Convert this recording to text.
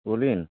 Pulin